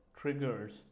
triggers